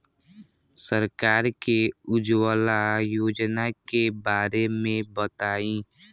सरकार के उज्जवला योजना के बारे में बताईं?